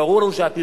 ברור לנו שהפרסומת